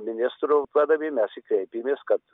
ministrui padavėm mes ir kreipėmės kad